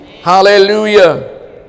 Hallelujah